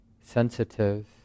sensitive